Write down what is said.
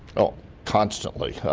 oh constantly.